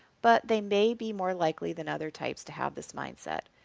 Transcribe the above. but they may be more likely than other types to have this mindset,